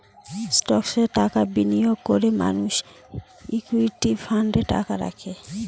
স্টকসে টাকা বিনিয়োগ করে মানুষ ইকুইটি ফান্ডে টাকা রাখে